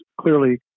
clearly